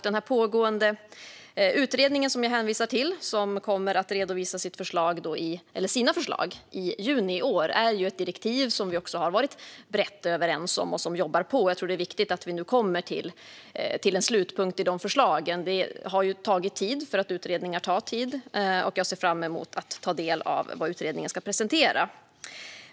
Den pågående utredning som jag hänvisade till och som ska redovisa sina förslag i juni i år är ett direktiv som vi också har varit brett överens om och som vi jobbar på. Jag tror att det är viktigt att vi nu kommer till en slutpunkt i de förslagen. Det har tagit tid, för utredningar tar tid, och jag ser fram emot att ta del av vad utredningen ska presentera.